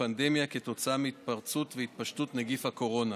פנדמיה כתוצאה מהתפרצות והתפשטות נגיף הקורונה.